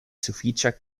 sufiĉa